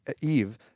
Eve